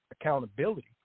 accountability